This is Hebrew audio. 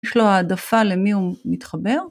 יש לו העדפה למי הוא מתחבר.